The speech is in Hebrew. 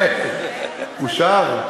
הוא מומחה.